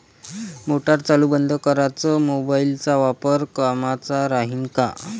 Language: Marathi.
मोटार चालू बंद कराच मोबाईलचा वापर कामाचा राहीन का?